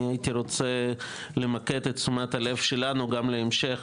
הייתי רוצה למקד את תשומת הלב שלנו בהמשך